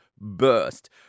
burst